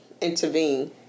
intervene